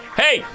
hey